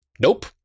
Nope